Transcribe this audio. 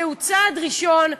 זהו צעד ראשון,